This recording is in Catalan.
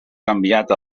canviat